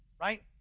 Right